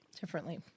differently